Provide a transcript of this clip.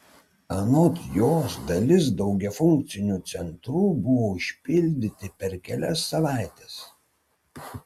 anot jos dalis daugiafunkcių centrų buvo užpildyti per kelias savaites